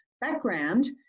background